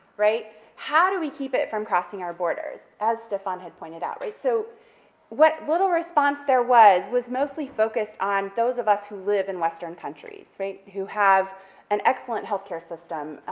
right, how do we keep it from crossing our borders, as stephane had pointed out, right? so what little response there was, was mostly focused on those of us who live in western countries, right, who have an excellent healthcare system,